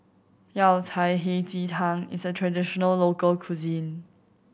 Yao Cai Hei Ji Tang is a traditional local cuisine